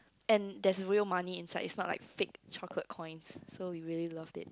and there's real money inside and it's not like fake chocolate coins so we really loved it